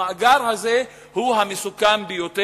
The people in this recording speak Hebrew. המאגר הזה הוא המסוכן יותר,